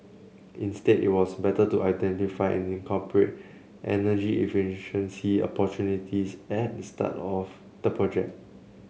instead it was better to identify and incorporate energy efficiency opportunities at the start of the project